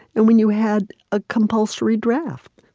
and when you had a compulsory draft,